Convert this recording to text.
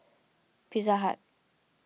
Pizza Hut